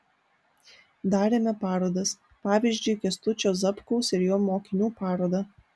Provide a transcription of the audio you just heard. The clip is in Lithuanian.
darėme parodas pavyzdžiui kęstučio zapkaus ir jo mokinių parodą